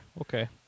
okay